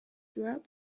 throughout